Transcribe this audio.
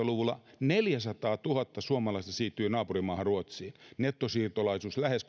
luvulla neljäsataatuhatta suomalaista siirtyi naapurimaahan ruotsiin nettosiirtolaisuus lähes